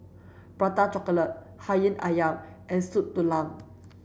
prata chocolate hati ayam and soup tulang